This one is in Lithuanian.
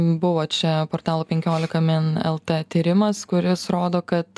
buvo čia portalo penkiolika min lt tyrimas kuris rodo kad